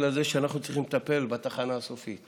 הזה שאנחנו צריכים לטפל בתחנה הסופית.